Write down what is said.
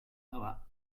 aber